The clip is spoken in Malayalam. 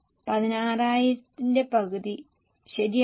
16000 ന്റെ പകുതി ശരിയാണോ